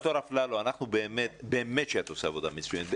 דוקטור אפללו, את באמת עושה עבודה מצוינת.